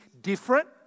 different